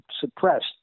suppressed